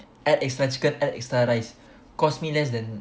add extra chicken add extra rice costs me less than